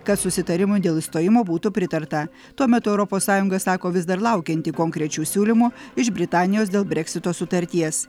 kad susitarimui dėl išstojimo būtų pritarta tuo metu europos sąjunga sako vis dar laukianti konkrečių siūlymų iš britanijos dėl breksito sutarties